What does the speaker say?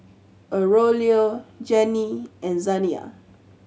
Aurelio Jennie and Zaniyah